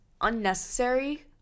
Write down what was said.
unnecessary